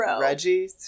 reggie